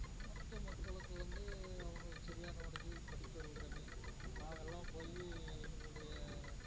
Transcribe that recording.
கிராமத்து மக்களுக்கு வந்து அவங்க சரியான படிக்கி படிப்பறிவு கம்மி நாங்கெல்லாம் போய் எங்களுடைய